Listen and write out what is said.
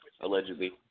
allegedly